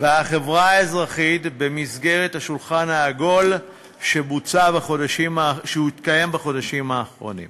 והחברה האזרחית במסגרת השולחן העגול שהתקיים בחודשים האחרונים.